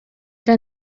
era